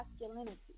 masculinity